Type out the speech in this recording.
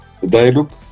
dialogue